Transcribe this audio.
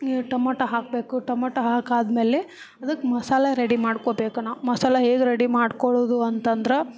ಟಮಟೆ ಹಾಕ್ಬೇಕು ಟಮಟೆ ಹಾಕಾದ್ಮೇಲೆ ಅದಕ್ಕೆ ಮಸಾಲೆ ರೆಡಿ ಮಾಡ್ಕೊಳ್ಬೇಕು ನಾವು ಮಸಾಲೆ ಹೇಗೆ ರೆಡಿ ಮಾಡ್ಕೊಳ್ಳೋದು ಅಂತಂದ್ರೆ